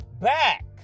back